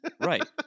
right